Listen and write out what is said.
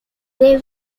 they